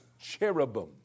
cherubim